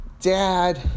Dad